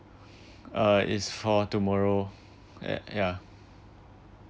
uh it's for tomorrow and ya